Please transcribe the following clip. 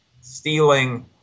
stealing